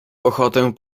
ochotę